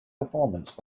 performance